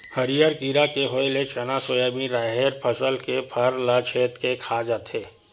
हरियर कीरा के होय ले चना, सोयाबिन, राहेर फसल के फर ल छेंद के खा जाथे